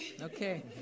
Okay